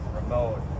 remote